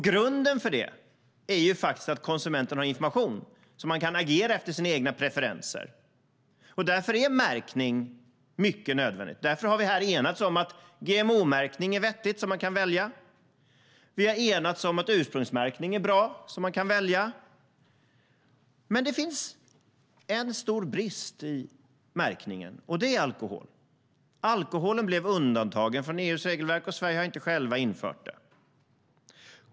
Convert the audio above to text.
Grunden för det är att konsumenten har information, så att man kan agera efter sina egna preferenser. Därför är märkning nödvändigt. Därför har vi här enats om att GMO-märkning är vettigt och att ursprungsmärkning är bra så att man kan välja. Det finns dock en stor brist i märkningen, och den gäller alkohol. Alkohol undantogs från EU:s regelverk, och Sverige har inte självt infört det.